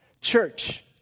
Church